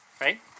Right